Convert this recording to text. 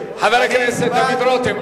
חבר הכנסת דוד רותם,